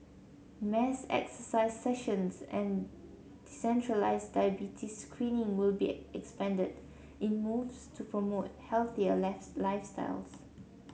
mass exercise sessions and centralised diabetes screening will be expanded in moves to promote healthier lifestyles